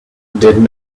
did